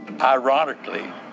Ironically